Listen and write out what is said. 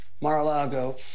Mar-a-Lago